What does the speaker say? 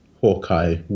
Hawkeye